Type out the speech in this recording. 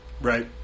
right